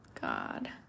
god